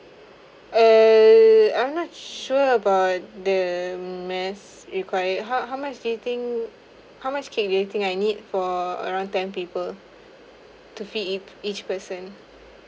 err I'm not sure about the mass required how how much do you think how much cake do you think I need for around ten people to feed ea~ each person